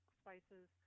spices